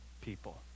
people